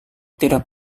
tidak